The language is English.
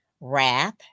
wrath